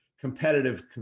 competitive